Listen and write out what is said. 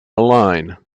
line